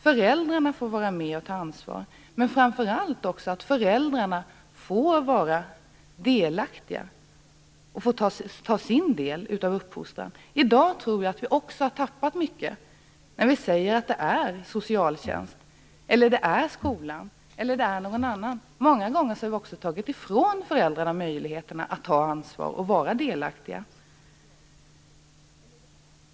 Föräldrarna får vara med och ta ansvar, men framför allt får föräldrarna vara delaktiga och ta sin del av uppfostran. I dag tror jag att vi har tappat mycket när vi säger att ansvaret ligger hos socialtjänst, skola eller någon annan. Många gånger har vi också tagit ifrån föräldrarna möjligheterna att ta ansvar och vara delaktiga.